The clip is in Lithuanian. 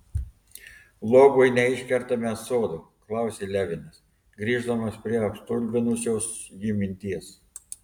luobui neiškertame sodo klausė levinas grįždamas prie apstulbinusios jį minties